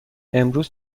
امروز